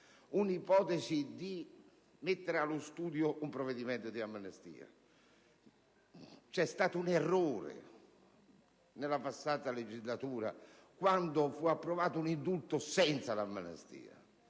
l'ipotesi di mettere allo studio un provvedimento di amnistia. Nella passata legislatura, quando fu approvato un indulto senza l'amnistia,